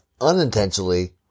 unintentionally